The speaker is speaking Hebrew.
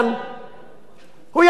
בטענות הפוליטיות לפחות,